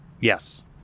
Yes